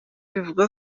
bivugwa